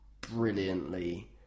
brilliantly